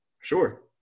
sure